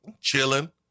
chilling